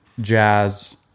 jazz